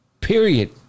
Period